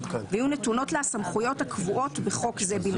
ויהיו נתונות לה הסמכויות הקבועות בחוק זה בלבד.